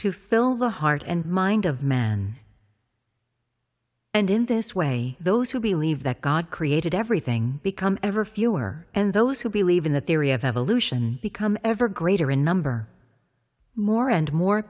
to fill the heart and mind of man and in this way those who believe that god created everything become ever fewer and those who believe in the theory of evolution become ever greater in number more and more